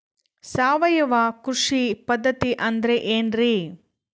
ಸಾವಯವ ಕೃಷಿ ಪದ್ಧತಿ ಅಂದ್ರೆ ಏನ್ರಿ?